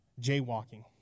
jaywalking